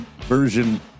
version